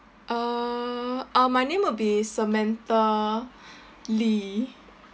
uh uh my name will be samantha lee